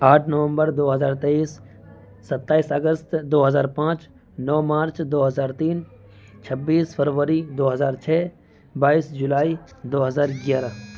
آٹھ نومبر دو ہزار تیئیس ستائس اگست دو ہزار پانچ نو مارچ دو ہزار تین چھبیس فروری دو ہزار چھ بائیس جولائی دو ہزار گیارہ